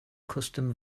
custom